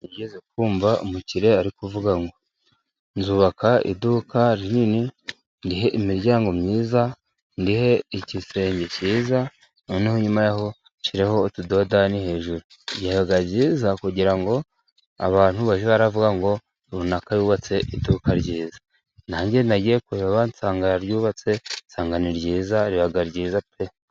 Nigeze kumva umukire arikuvuga ngo"nzubaka iduka rinini, ndihe imiryango myiza ,ndihe igisenge cyiza,, noneho nyuma yaho nshyireho utudodani hejuru y'igisenge, kugira ngo abantu bajye baravuga ngo 'runaka yubatse iduka ryiza. '" Nanjye nagiye kureba nsanga yaryubatse, nsanga ni ryiza, riba ryiza pe.